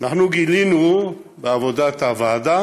אנחנו גילינו בעבודת הוועדה